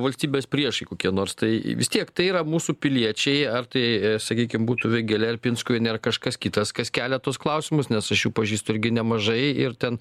valstybės priešai kokie nors tai vis tiek tai yra mūsų piliečiai ar tai sakykim būtų vėgėlė ar pinskuvienė ar kažkas kitas kas kelia tuos klausimus nes aš jų pažįstu irgi nemažai ir ten